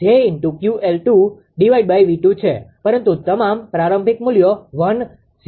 તે છે પરંતુ તમામ પ્રારંભિક મૂલ્યો 1∠0° છે